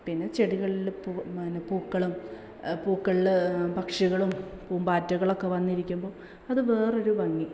പിന്നെ ചെടികളിൽ പിന്നെ പൂക്കളും പൂക്കളിൽ പക്ഷികളും പൂമ്പാറ്റകളുമൊക്കെ വന്നിരിക്കുമ്പോൾ അത് വേറെ ഒരു ഭംഗി